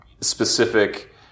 specific